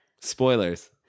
Spoilers